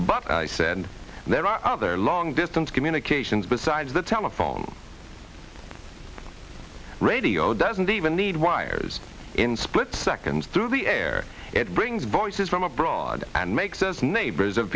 but i said there are other long distance communications besides the telephone radio doesn't even need wires in split seconds through the air it brings voices from abroad and makes us neighbors of